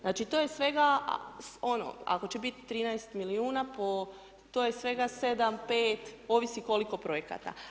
Znači, to je svega, ono, ako će biti 13 milijuna po, to je svega 7, 5, ovisi koliko projekata.